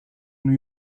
new